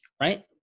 right